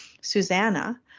Susanna